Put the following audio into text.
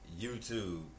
YouTube